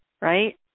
right